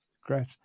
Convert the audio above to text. Great